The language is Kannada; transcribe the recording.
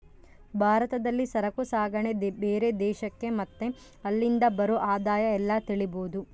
ಭಾರತದಲ್ಲಿ ಸರಕು ಸಾಗಣೆ ಬೇರೆ ದೇಶಕ್ಕೆ ಮತ್ತೆ ಅಲ್ಲಿಂದ ಬರೋ ಆದಾಯ ಎಲ್ಲ ತಿಳಿಬೋದು